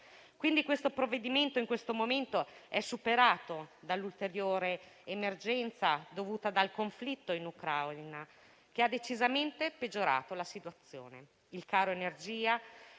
quindi il provvedimento in esame in questo momento è superato dall'ulteriore emergenza dovuta al conflitto in Ucraina, che ha decisamente peggiorato la situazione.